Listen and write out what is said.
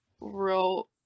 real